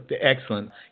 excellent